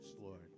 Lord